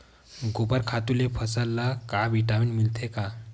गोबर खातु ले फसल ल का विटामिन मिलथे का?